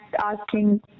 asking